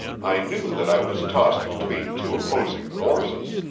i knew that i was tossed between two opposing forces.